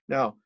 Now